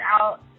out